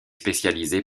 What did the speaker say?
spécialisée